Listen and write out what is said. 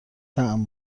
طعم